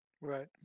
Right